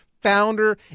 founder